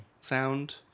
sound